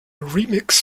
remix